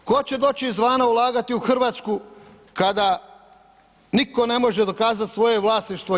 Tko će doći izvana ulagati u Hrvatsku kada nitko ne može dokazati svoje vlasništvo 1/